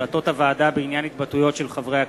החלטות הוועדה בעניין התבטאויות של חברי הכנסת.